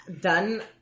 done